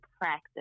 practice